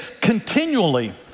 continually